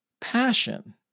passion